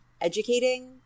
educating